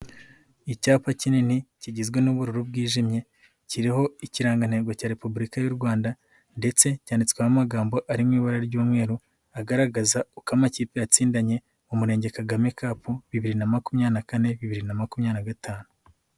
Icyapa kinini kigizwe n'ubururu bwijimye, kiriho ikirangantego cya repubulika y'u Rwanda ndetse cyanditswemo amagambo ari mu ibara ry'umweru agaragaza uko amakipe yatsindanye mu murenge Kagame Cup, bibiri na makumyabiri na kane, bibiri na makumyabiri gatanu.